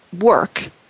work